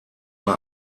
bei